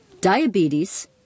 diabetes